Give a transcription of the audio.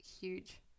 huge